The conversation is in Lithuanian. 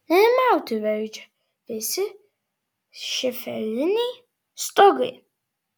nerimauti verčia visi šiferiniai stogai